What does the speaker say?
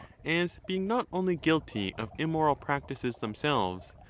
as being not only guilty of im moral practices themselves,